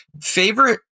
Favorite